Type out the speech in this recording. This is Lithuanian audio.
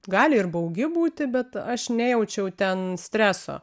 gali ir baugi būti bet aš nejaučiau ten streso